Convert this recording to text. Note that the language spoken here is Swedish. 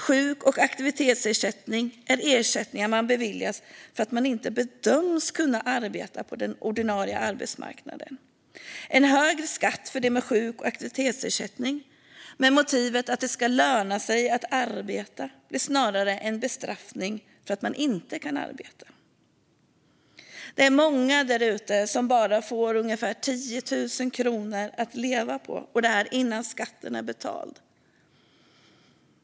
Sjuk och aktivitetsersättning är ersättning man beviljas för att man inte bedöms kunna arbeta på den ordinarie arbetsmarknaden. En högre skatt för dem med sjuk och aktivitetsersättning med motivet att det ska löna sig att arbeta blir snarare en bestraffning för att man inte kan arbeta. Det är många där ute som bara får ungefär 10 000 kronor att leva på, och det är innan skatten är betald.